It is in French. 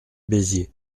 béziers